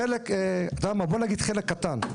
בוא נגיד חלק קטן.